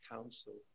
Council